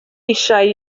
eisiau